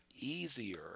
easier